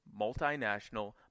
multinational